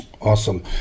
Awesome